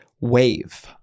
wave